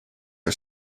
are